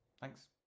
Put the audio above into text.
thanks